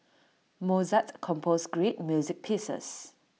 Mozart composed great music pieces